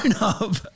up